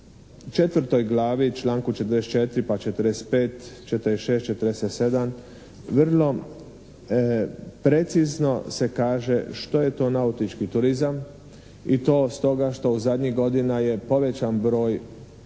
četvrtoj glavi, članku 44. pa 45., 46., 47. vrlo precizno se kaže što je to nautički turizam i to stoga što zadnjih godina je povećan broj nautičara